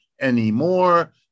anymore